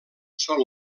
són